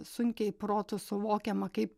sunkiai protu suvokiama kaip